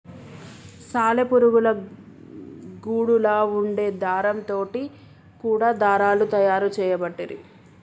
సాలె పురుగుల గూడులా వుండే దారం తోటి కూడా దారాలు తయారు చేయబట్టిరి